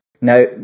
Now